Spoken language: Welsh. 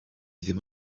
ddim